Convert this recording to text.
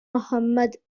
mohammad